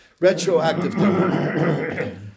Retroactive